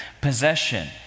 possession